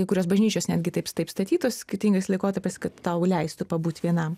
kai kurios bažnyčios netgi taip taip statytos skirtingais laikotarpiais kad tau leistų pabūt vienam